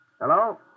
Hello